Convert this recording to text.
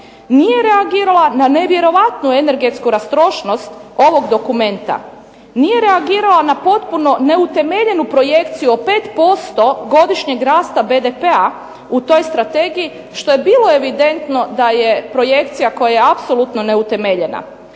nije reagirala na nevjerojatnu energetsku rastrošnost ovog dokumenta, nije reagirala na potpuno neutemeljenu projekciju o 5% godišnjeg rasta BDP-a u toj strategiji, što je bilo evidentno da je projekcija koja je apsolutno neutemeljena.